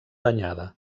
danyada